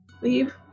leave